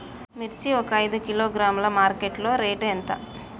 మిర్చి ఒక ఐదు కిలోగ్రాముల మార్కెట్ లో రేటు ఎంత?